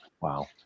Wow